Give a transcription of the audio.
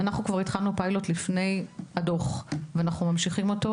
אנחנו כבר התחלנו פיילוט לפני הדוח ואנחנו ממשיכים אותו,